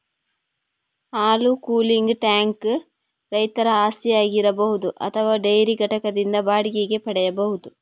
ಹಾಲು cooling tank ರೈತರ ಆಸ್ತಿಯಾಗಿರಬಹುದು ಅಥವಾ ಡೈರಿ ಘಟಕದಿಂದ ಬಾಡಿಗೆಗೆ ಪಡೆಯಬಹುದು